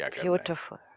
Beautiful